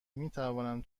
میتوانم